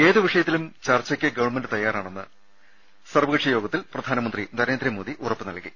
ഏതു വിഷയത്തിലും ചർച്ചയ്ക്ക് ഗവൺമെന്റ് തയ്യാറാണെന്ന് ഗവൺമെന്റ് വിളിച്ച സർവകക്ഷി യോഗത്തിൽ പ്രധാനമന്ത്രി നരേന്ദ്രമോദി ഉറപ്പുനൽകി